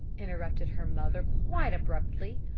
interrupted her mother quite abruptly.